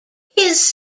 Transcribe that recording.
his